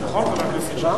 נכון חבר הכנסת,